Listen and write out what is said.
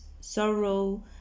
sorrow